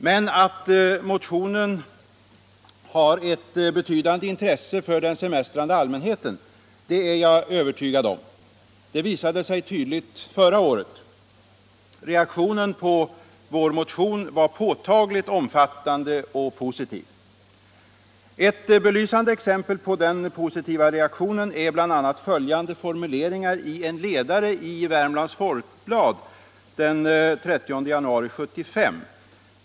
Men att motionen har ett betydande intresse för den semestrande allmänheten är jag övertygad om. Det visade sig tydligt förra året. Reaktionen på vår motion var påtagligt omfattande och positiv. Ett belysande exempel är följande citat ur en ledare i Värmlands Folkblad den 30 januari 1975.